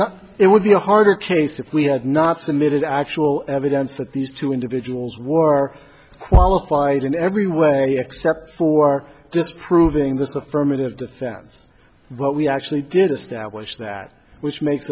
not it would be a harder case if we have not submitted actual evidence that these two individuals war are qualified in every way except for disproving this affirmative defense but we actually did establish that which makes